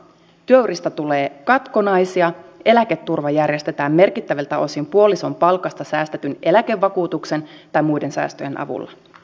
työurista tulee katkonaisia eläketurva järjestetään merkittäviltä osin puolison palkasta säästetyn eläkevakuutuksen tai muiden säästöjen avulla